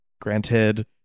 Granted